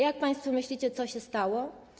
Jak państwo myślicie, co się stało?